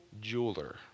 jeweler